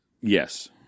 Yes